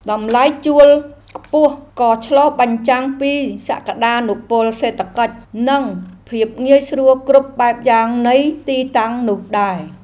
តម្លៃជួលខ្ពស់ក៏ឆ្លុះបញ្ចាំងពីសក្តានុពលសេដ្ឋកិច្ច និងភាពងាយស្រួលគ្រប់បែបយ៉ាងនៃទីតាំងនោះដែរ។